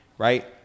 right